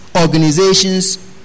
organizations